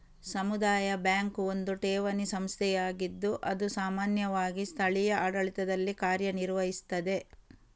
ಸಮುದಾಯ ಬ್ಯಾಂಕು ಒಂದು ಠೇವಣಿ ಸಂಸ್ಥೆಯಾಗಿದ್ದು ಅದು ಸಾಮಾನ್ಯವಾಗಿ ಸ್ಥಳೀಯ ಆಡಳಿತದಲ್ಲಿ ಕಾರ್ಯ ನಿರ್ವಹಿಸ್ತದೆ